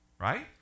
Right